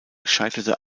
scheiterte